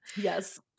yes